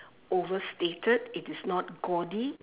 overstated it is not gaudy